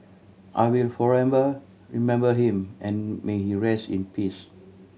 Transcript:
I will forever remember him and may he rest in peace